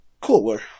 Cooler